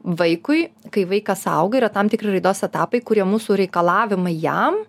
vaikui kai vaikas auga yra tam tikri raidos etapai kurie mūsų reikalavimai jam